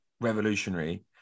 revolutionary